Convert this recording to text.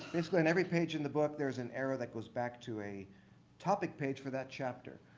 basically, on every page in the book there's an arrow that goes back to a topic page for that chapter.